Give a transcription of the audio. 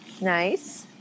Nice